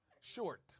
Short